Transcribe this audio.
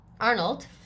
Arnold